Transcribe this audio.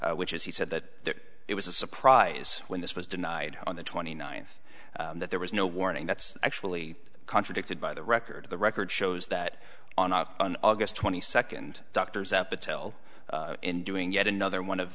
which is he said that it was a surprise when this was denied on the twenty ninth that there was no warning that's actually contradicted by the record of the record shows that on up on august twenty second doctors at the tel end doing yet another one of